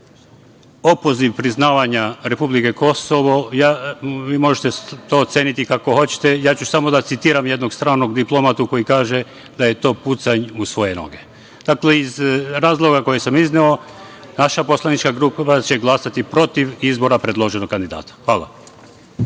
opoziv priznavanja „republike Kosovo“, vi možete to oceniti kako hoćete, ja ću samo da citiram jednog stranog diplomatu koji kaže da je to „pucanj u svoje noge“.Dakle, iz razloga koje sam izneo naša poslanička grupa će glasati protiv izbora predloženog kandidata. Hvala.(Ivica